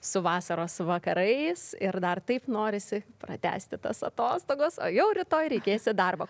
su vasaros vakarais ir dar taip norisi pratęsti tas atostogas o jau rytoj reikės į darbą